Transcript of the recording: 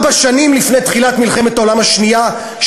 ארבע שנים לפני תחילת מלחמת העולם השנייה,